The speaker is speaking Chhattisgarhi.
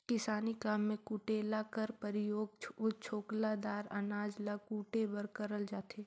किसानी काम मे कुटेला कर परियोग छोकला दार अनाज ल कुटे बर करल जाथे